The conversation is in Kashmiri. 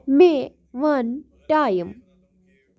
مےٚ وَن ٹایِم